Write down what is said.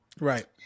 Right